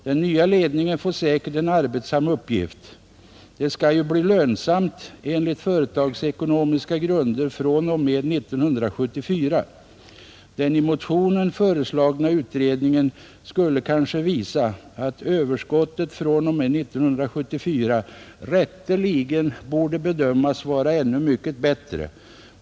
Den nya ledningen får säkert en arbetsam uppgift. Företaget skall ju bli lönsamt enligt företagsekonomiska grunder fr.o.m. 1974. Den i motionen föreslagna utredningen skulle kanske visa, att överskottet fr.o.m. 1974 rätteligen borde bedömas vara ännu mycket bättre.